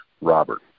Robert